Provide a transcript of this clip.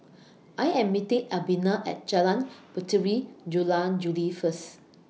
I Am meeting Albina At Jalan Puteri Jula Juli First